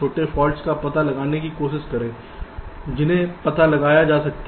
छोटे फॉल्ट्स का पता लगाने की कोशिश करें जिन्हें पता लगाया जा सकता है